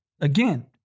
Again